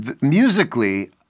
musically